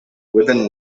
within